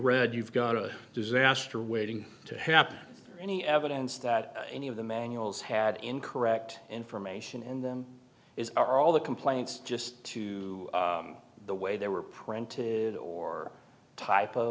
read you've got a disaster waiting to happen any evidence that any of the manuals had incorrect information in them as are all the complaints just to the way they were printed or typ